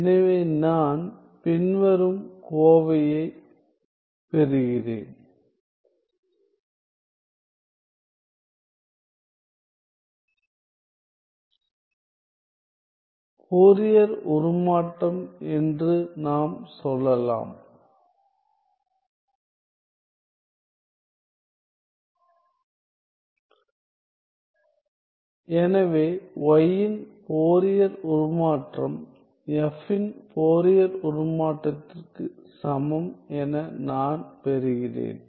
எனவே நான் பின்வரும் கோவையைப் பெறுகிறேன் ஃபோரியர் உருமாற்றம் என்று நாம் சொல்லலாம் எனவே Y இன் ஃபோரியர் உருமாற்றம் F இன் ஃபோரியர் உருமாற்றத்திற்குச் சமம் என நான் பெறுகிறேன்